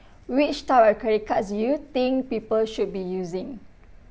which type of credit cards do you think people should be using